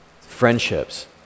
friendships